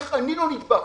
איך אני לא נדבק,